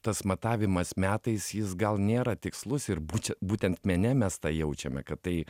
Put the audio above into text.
tas matavimas metais jis gal nėra tikslus ir būti būtent mene mes tą jaučiame kad tai